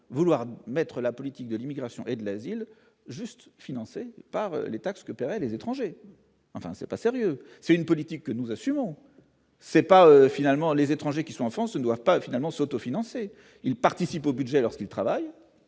vouloir mettre la politique de l'immigration et de l'asile juste financée par les taxes que paieraient les étrangers, enfin c'est pas sérieux, c'est une politique que nous assumons, c'est pas finalement les étrangers qui sont en France doivent pas finalement s'autofinancer, il participe au budget lorsqu'ils travaillent